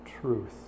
truth